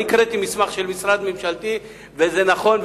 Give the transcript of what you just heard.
אני הקראתי מסמך של משרד ממשלתי וזה נכון.